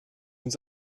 uns